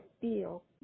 feel